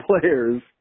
players